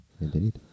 Indeed